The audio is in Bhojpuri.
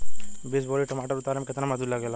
बीस बोरी टमाटर उतारे मे केतना मजदुरी लगेगा?